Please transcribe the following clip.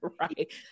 right